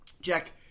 Jack